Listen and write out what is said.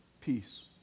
peace